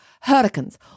hurricanes